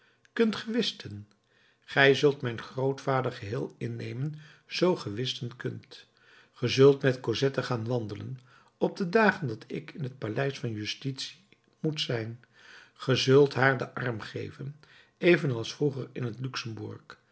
kunt ge whisten gij zult mijn grootvader geheel innemen zoo ge whisten kunt ge zult met cosette gaan wandelen op de dagen dat ik in het paleis van justitie moet zijn ge zult haar den arm geven evenals vroeger in het luxembourg